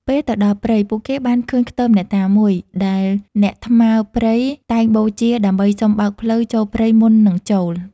ពេលទៅដល់ព្រៃ ពួកគេបានឃើញខ្ទមអ្នកតាមួយ ដែលអ្នកថ្មើរព្រៃតែងបូជាដើម្បីសុំបើកផ្លូវចូលព្រៃមុននឹងចូល។